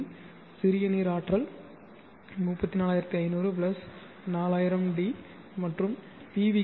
C சிறிய நீர் ஆற்றல் 34500 4000d மற்றும் பி